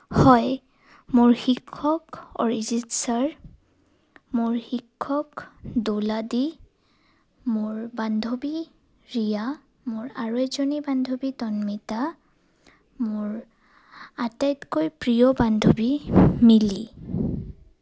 হয় মোৰ শিক্ষক অৰিজিত ছাৰ মোৰ শিক্ষক দলাদী মোৰ বান্ধৱী ৰিয়া মোৰ আৰু এজনী বান্ধৱী তন্মিতা মোৰ আটাইতকৈ প্ৰিয় বান্ধৱী মিলি